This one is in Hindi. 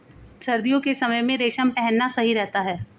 सर्दियों के समय में रेशम पहनना सही रहता है